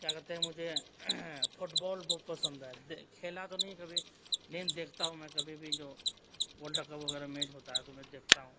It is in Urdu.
کیا کہتے ہیں مجھے فٹ بال بہت پسند ہے کھیلا تو نہیں کبھی لیکن دیکھتا ہوں میں کبھی بھی جو ورلڈ کپ وغیرہ میچ ہوتا ہے تو میں دیکھتا ہوں